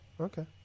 Okay